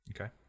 okay